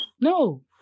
No